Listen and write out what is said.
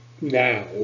now